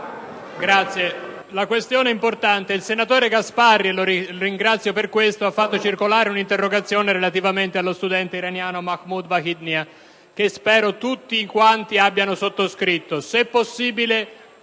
su una questione importante. Il senatore Gasparri, che ringrazio per questo, ha fatto circolare un'interrogazione relativa allo studente iraniano Mahmud Vahidnia, che spero tutti abbiamo sottoscritto.